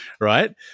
right